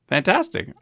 Fantastic